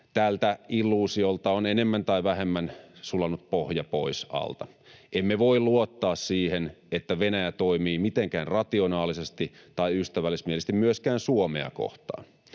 tältä illuusiolta on enemmän tai vähemmän sulanut pohja pois alta. Emme voi luottaa siihen, että Venäjä toimii mitenkään rationaalisesti tai ystävällismielisesti myöskään Suomea kohtaan.